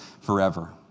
forever